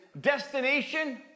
Destination